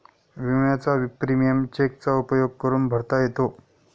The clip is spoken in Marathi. विम्याचा प्रीमियम चेकचा उपयोग करून भरता येतो